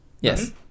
yes